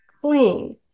clean